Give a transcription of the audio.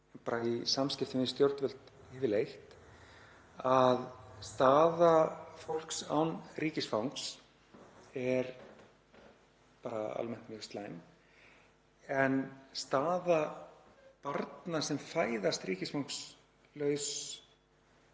bara í samskiptum við stjórnvöld yfirleitt, að staða fólks án ríkisfangs er bara almennt mjög slæm en staða barna sem fæðast ríkisfangslaus